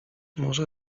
może